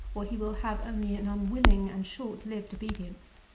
or he will have only an unwilling and short-lived obedience.